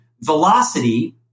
velocity